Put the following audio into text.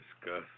discuss